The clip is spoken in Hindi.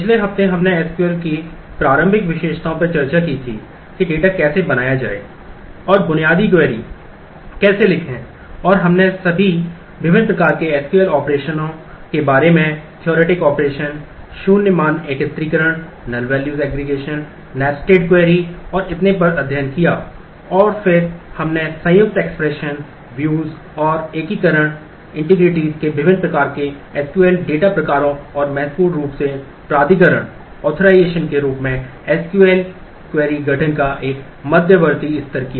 पिछले हफ्ते हमने एसक्यूएल क्वेरी गठन का एक मध्यवर्ती स्तर किया